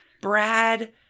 Brad